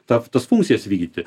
ta tas funkcijas vykdyti